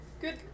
Good